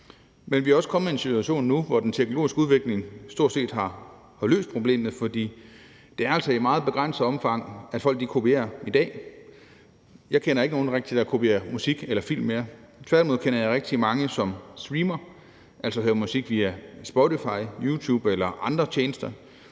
men vi er også kommet i en situation nu, hvor den teknologiske udvikling stort set har løst problemet, for det er altså i meget begrænset omfang, at folk kopierer i dag. Jeg kender ikke rigtig nogen, der kopierer musik eller film mere. Tværtimod kender jeg rigtig mange, som streamer, altså hører musik via Spotify, YouTube eller andre tjenester,